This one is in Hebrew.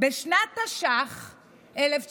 סעיף 7: "שר הביטחון" הוא ואין בלתו,